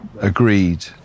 agreed